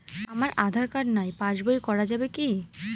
আমার আঁধার কার্ড নাই পাস বই করা যাবে কি?